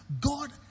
God